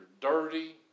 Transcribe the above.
dirty